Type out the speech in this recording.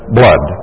blood